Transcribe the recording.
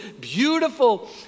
beautiful